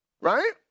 right